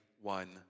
one